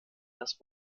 das